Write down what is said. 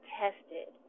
tested